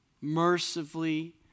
mercifully